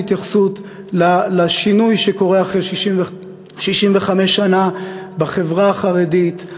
והייתה הרבה מאוד התייחסות לשינוי שקורה אחרי 65 שנה בחברה החרדית.